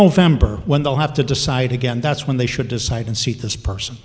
november when they'll have to decide again that's when they should decide and seat this person